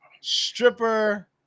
stripper